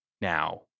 now